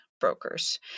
brokers